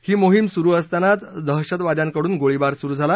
ही मोहिम सुरु असतानाच दहशतवाद्यांकडून गोळीबार सुरु झाला